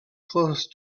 close